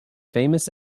famous